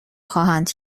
خواهند